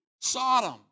Sodom